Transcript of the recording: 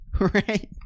right